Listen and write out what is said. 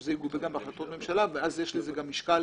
שזה יגובה גם בהחלטות ממשלה ואז יש לזה גם משקל